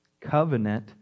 Covenant